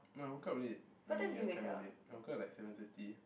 I woke up late I mean yeah kinda late I woke up like seven thirty